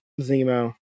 Zemo